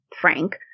Frank